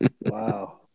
Wow